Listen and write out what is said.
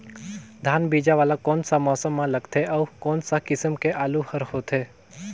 धान बीजा वाला कोन सा मौसम म लगथे अउ कोन सा किसम के आलू हर होथे?